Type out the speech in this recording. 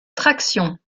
traction